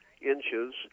inches